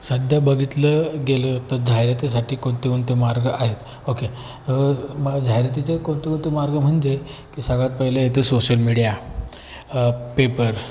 सध्या बघितलं गेलं तर जाहिरातीसाठी कोणते कोणते मार्ग आहेत ओके मग जाहिरातीचे कोणते कोणते मार्ग म्हणजे की सगळ्यात पहिले येते सोशल मीडिया पेपर